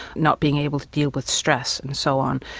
not being able to deal with stress and so on.